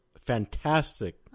fantastic